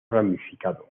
ramificado